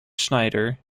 schneider